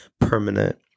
permanent